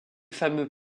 fameux